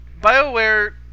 BioWare